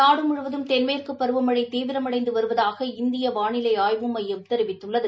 நாடுமுழுவதும் தென்மேற்குபருவமழைதீவிரமடைந்துவருவதாக இந்தியவானிலைஆய்வு மையம் தெரிவித்துள்ளது